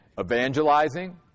evangelizing